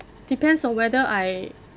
depends on whether I